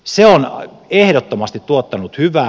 se on ehdottomasti tuottanut hyvää